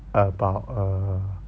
about uh